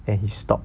then he stop